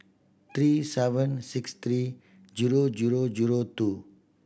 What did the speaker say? three seven six three zero zero zero two